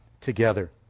together